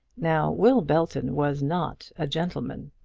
now will belton was not a gentleman!